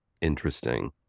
interesting